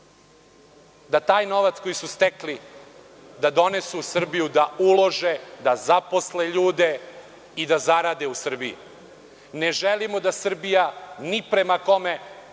da taj novac koji su stekli, da donesu u Srbiju, da ulože, da zaposle ljude i da zarade u Srbiji. Ne želimo da Srbija ni prema kome